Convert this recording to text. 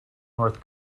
north